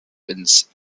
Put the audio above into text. ins